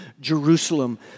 Jerusalem